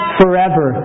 forever